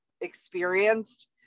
experienced